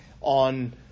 on